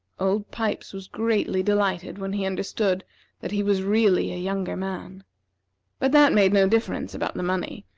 old pipes was greatly delighted when he understood that he was really a younger man but that made no difference about the money,